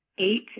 eight